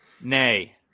Nay